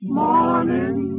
morning